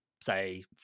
say